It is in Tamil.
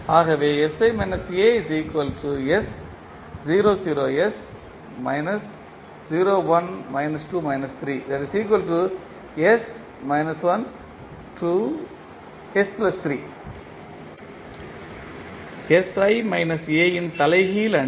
ஆகவே இன் தலைகீழ் அணி